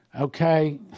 Okay